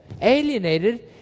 alienated